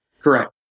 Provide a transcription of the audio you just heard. Correct